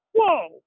whoa